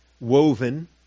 woven